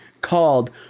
called